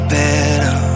better